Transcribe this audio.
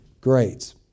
grades